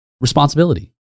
responsibility